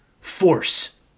Force